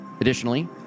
Additionally